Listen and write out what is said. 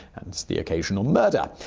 and the occasional murder.